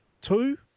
two